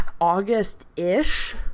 August-ish